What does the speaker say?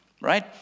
right